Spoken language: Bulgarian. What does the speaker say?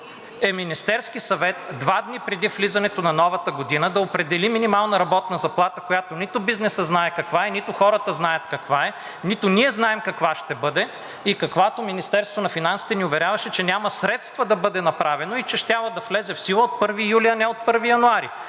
е Министерският съвет два дни преди влизането на новата година да определи минимална работна заплата, която нито бизнесът знае каква е, нито хората знаят каква е, нито ние знаем каква ще бъде и каквато Министерството на финансите ни уверяваше, че няма средства да бъде направено и че щяла да влезе в сила от 1 юли, а не от 1 януари